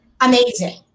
Amazing